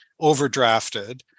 overdrafted